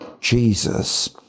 Jesus